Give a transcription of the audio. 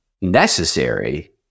necessary